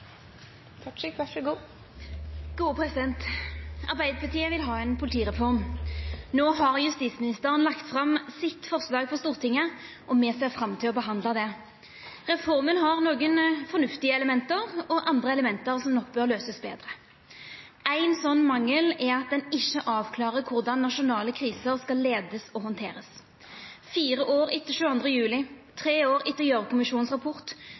Arbeidarpartiet vil ha ei politireform. No har justisministeren lagt fram sitt forslag for Stortinget, og me ser fram til å behandla det. Reforma har nokre fornuftige element og andre element som nok bør løysast betre. Ein sånn mangel er at ein ikkje klårgjer korleis nasjonale kriser skal leiast og handterast. Fire år etter 22. juli, tre år etter Gjørv-kommisjonens rapport,